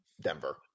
Denver